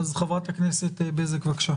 חברת הכנסת בזק, בבקשה.